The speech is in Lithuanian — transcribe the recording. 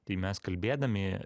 tai mes kalbėdami